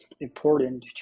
important